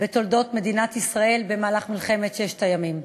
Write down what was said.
בתולדות מדינת ישראל במהלך מלחמת ששת הימים.